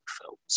films